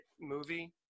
movie